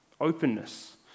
openness